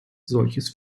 solches